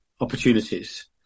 opportunities